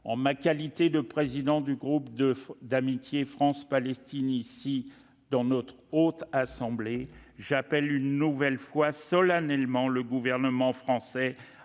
en ma qualité de président du groupe d'amitié France-Palestine de la Haute Assemblée, j'appelle une nouvelle fois, solennellement, le gouvernement français